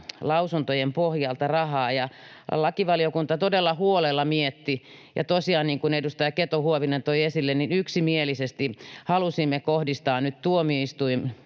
lausuntojen pohjalta rahaa, ja lakivaliokunta todella huolella mietti, ja tosiaan, niin kuin edustaja Keto-Huovinen toi esille, yksimielisesti halusimme kohdistaa nyt